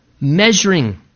measuring